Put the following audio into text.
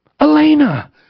Elena